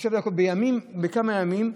בכמה ימים,